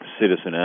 citizen